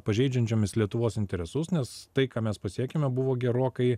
pažeidžiančiomis lietuvos interesus nes tai ką mes pasiekėme buvo gerokai